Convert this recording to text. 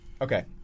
Okay